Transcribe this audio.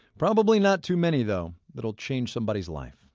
probably not too many, though, that'll change somebody's life.